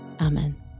Amen